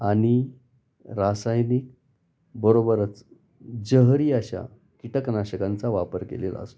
आणि रासायनिक बरोबरच जहरी अशा कीटकनाशकांचा वापर केलेला असतो